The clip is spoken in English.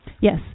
Yes